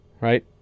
right